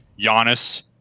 Giannis